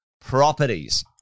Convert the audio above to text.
properties